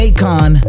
Akon